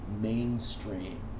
mainstream